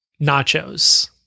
nachos